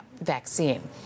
vaccine